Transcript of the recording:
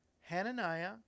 Hananiah